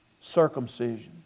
circumcision